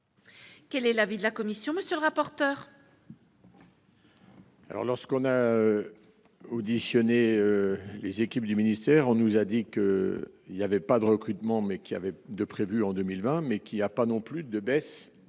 Quel est l'avis de la commission, monsieur le rapporteur.